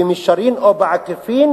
במישרין או בעקיפין,